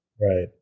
Right